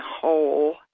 whole